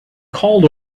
called